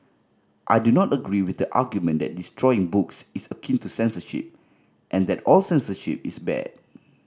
I do not agree with the argument that destroying books is akin to censorship and that all censorship is bad